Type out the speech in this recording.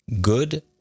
good